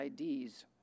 IDs